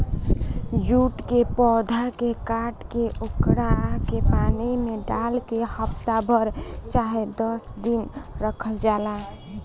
jute के पौधा के काट के ओकरा के पानी में डाल के हफ्ता भर चाहे दस दिन रखल जाला